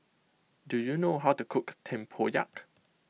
do you know how to cook Tempoyak